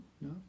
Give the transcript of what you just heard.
no